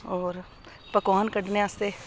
होर पकोआन कड्ढने आस्तै